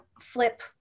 flip